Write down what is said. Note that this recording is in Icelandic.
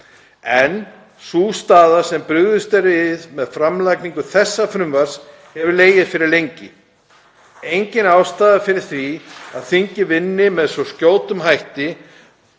en sú staða sem brugðist er við með framlagningu þessa frumvarps hefur legið fyrir lengi. Engin ástæða er fyrir því að þingið vinni með svo skjótum hætti